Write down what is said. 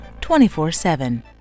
24-7